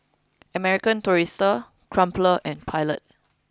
American Tourister Crumpler and Pilot